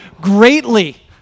greatly